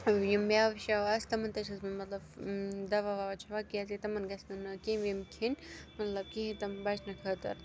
یِم مٮ۪وٕ شٮ۪وٕ آسہِ تمَن تہِ چھَس بہٕ مطلب دَوا وَوا چھِوا کیٛازِ تِمَن گژھن نہٕ کیٚمۍ ویٚمۍ کھٮ۪نۍ مطلب کہِ تِم بَچنہٕ خٲطرٕ